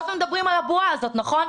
כל הזמן מדברים על הבועה הזאת, נכון?